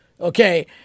okay